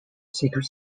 secret